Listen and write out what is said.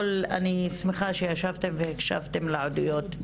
שמחה שישבתם והקשבתם לעדויות,